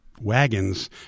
wagons